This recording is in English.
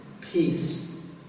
peace